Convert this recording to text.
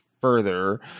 further